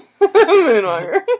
Moonwalker